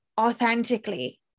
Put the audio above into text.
authentically